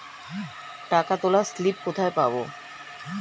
টাকা তোলার স্লিপ কোথায় পাব?